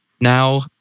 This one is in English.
now